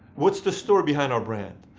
what's the story behind our brand?